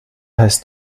heißt